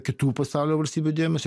kitų pasaulio valstybių dėmesį